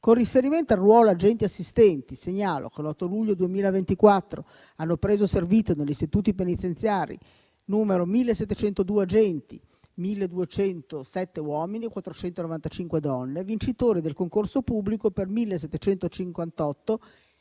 Con riferimento al ruolo agenti assistenti, segnalo che l'8 luglio 2024 hanno preso servizio negli istituti penitenziari n. 1.702 agenti (1.207 uomini e 495 donne) vincitori del concorso pubblico per 1.758, elevati